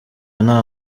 nta